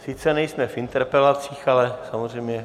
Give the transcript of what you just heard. Sice nejsme v interpelacích, ale samozřejmě.